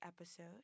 episode